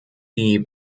die